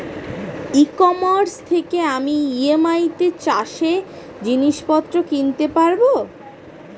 ই commerce থেকে আমি EMI তে চাষে জিনিসপত্র কিনতে পারব?